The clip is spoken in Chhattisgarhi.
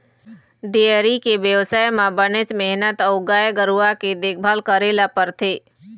डेयरी के बेवसाय म बनेच मेहनत अउ गाय गरूवा के देखभाल करे ल परथे